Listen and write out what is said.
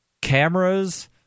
cameras